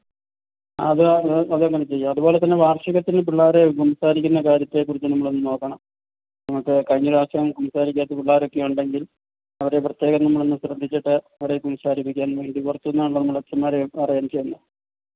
അത് ത് അതങ്ങനെ ചെയ്യാം അതുപോലെ പിന്നെ വാർഷികത്തിന് പിന്നെ കുമ്പസാരിക്കുന്ന കാര്യത്തെക്കുറിച്ച് നമ്മളൊന്നു നോക്കണം എന്നിട്ട് കഴിഞ്ഞ പ്രാവശ്യം കുംബസാരിക്കാത്ത പിള്ളേരൊക്കെ ഉണ്ടെങ്കിൽ അവരെ പ്രത്യേകം നമ്മളൊന്നു ശ്രദ്ധിച്ചിട്ട് അവരെ കുംബസാരിപ്പിക്കാൻ വേണ്ടി പുറത്തു നിന്നാണല്ലോ നമ്മളച്ഛന്മാരെ അറേഞ്ച് ചെയ്യുന്നത്